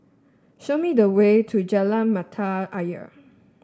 show me the way to Jalan Mata Ayer